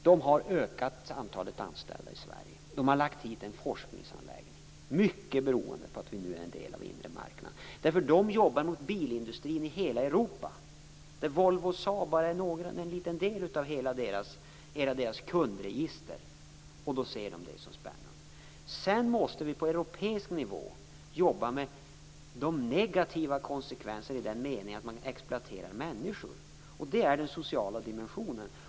De har lagt hit en forskningsanläggning, mycket beroende på att vi nu är en del av den inre marknaden. De jobbar mot bilindustrin i hela Europa, där Volvo och Saab bara är en liten del av hela deras kundregister. De ser det som spännande. Sedan måste vi på europeisk nivå jobba med de negativa konsekvenserna i den meningen att man exploaterar människor. Det är den sociala dimensionen.